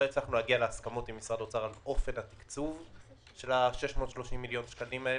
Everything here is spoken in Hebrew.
להגיע להסכמות עם משרד האוצר על אופן התקצוב של 630 מיליון השקלים האלה.